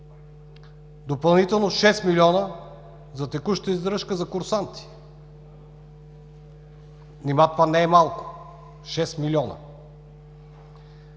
Допълнително 6 милиона за текуща издръжка за курсанти. Нима това е малко – 6 милиона?!